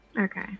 Okay